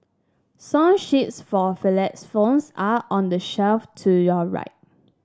song sheets for xylophones are on the shelf to your right